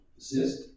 assist